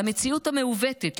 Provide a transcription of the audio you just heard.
על המציאות המעוותת,